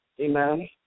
Amen